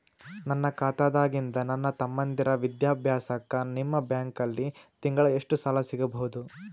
ನನ್ನ ಖಾತಾದಾಗಿಂದ ನನ್ನ ತಮ್ಮಂದಿರ ವಿದ್ಯಾಭ್ಯಾಸಕ್ಕ ನಿಮ್ಮ ಬ್ಯಾಂಕಲ್ಲಿ ತಿಂಗಳ ಎಷ್ಟು ಸಾಲ ಸಿಗಬಹುದು?